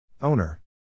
Owner